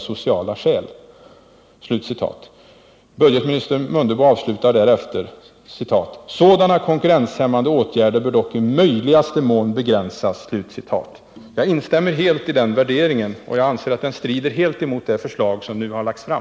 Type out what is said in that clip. sociala skäl.” Budgetminister Mundebo avslutar därefter: ”Sådana konkurrenshämmande åtgärder bör dock i möjligaste mån begränsas.” Jag instämmer helt i den värderingen, och jag anser att den strider helt mot det förslag som nu har lagts fram.